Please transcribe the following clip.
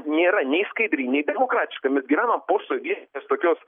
nėra nei skaidri nei demokratiška mes gyvenam posovietinės tokios